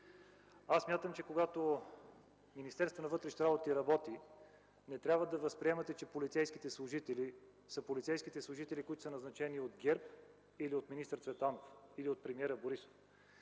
Смятам, че когато Министерството на вътрешните работи рабóти, не трябва да възприемате, че полицейските служители са полицейски служители, назначени от ГЕРБ, от министър Цветанов или от премиера Борисов.